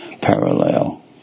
Parallel